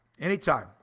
anytime